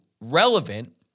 relevant